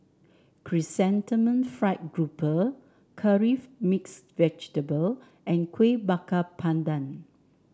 Chrysanthemum Fried Grouper Curry Mixed Vegetable and Kuih Bakar Pandan